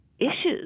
issues